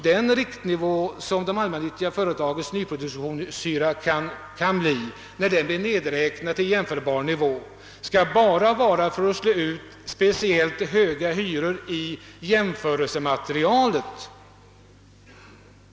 Den riktnivå som de allmännyttiga företagens nyproduktionshyror skall utgöra efter nedräkning till jämförbar nivå skall bara tjäna till att slå ut de speciellt höga hyrorna i jämförelsematerialet.